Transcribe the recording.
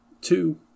two